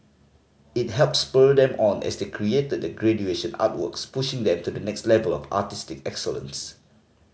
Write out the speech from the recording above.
it helped spur them on as they created their graduation artworks pushing them to the next level of artistic excellence